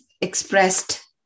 expressed